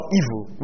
evil